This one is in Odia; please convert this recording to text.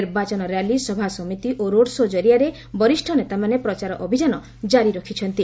ନିର୍ବାଚନ ର୍ୟାଲି ସଭାସମିତି ଓ ରୋଡ୍ସୋ' କରିଆରେ ବରିଷ୍ଣ ନେତାମାନେ ପ୍ରଚାର ଅଭିଯାନ କାରି ରଖିଛନ୍ତି